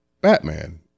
Batman